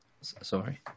Sorry